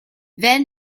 van